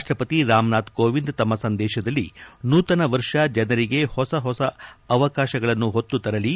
ರಾಷ್ಷಪತಿ ರಾಮನಾಥ್ ಕೋವಿಂದ್ ತಮ್ಮ ಸಂದೇಶದಲ್ಲಿ ನೂತನ ವರ್ಷ ಜನರಿಗೆ ಹೊಸ ಹೊಸ ಅವಕಾಶಗಳನ್ನು ಹೊತ್ತು ತರಲಿ